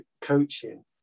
coaching